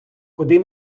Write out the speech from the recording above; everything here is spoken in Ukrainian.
куди